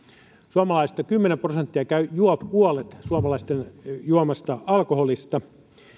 suomalaisista kymmenen prosenttia juo puolet suomalaisten juomasta alkoholista